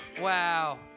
Wow